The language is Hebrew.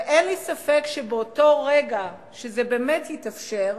ואין לי ספק שבאותו רגע שזה באמת יתאפשר,